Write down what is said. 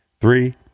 Three